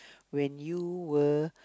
when you were